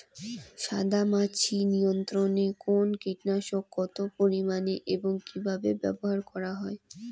সাদামাছি নিয়ন্ত্রণে কোন কীটনাশক কত পরিমাণে এবং কীভাবে ব্যবহার করা হয়?